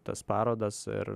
tas parodas ir